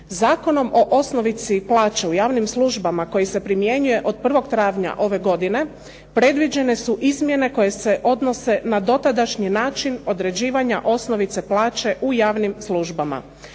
Zakonom o osnovici plaće u javnim službama koji se primjenjuje od 1. travnja ove godine predviđene su izmjene koje se odnose na dotadašnji način određivanja osnovice plaće u javnim službama.